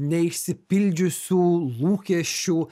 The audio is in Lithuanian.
neišsipildžiusių lūkesčių